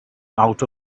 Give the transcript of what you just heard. out